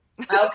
Okay